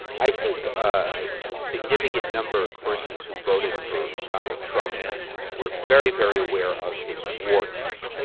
i think a significant number of persons who voted for donald trump were very, very aware of his warts,